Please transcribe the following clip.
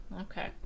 Okay